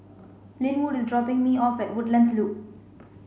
Lynwood is dropping me off at Woodlands Loop